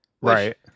Right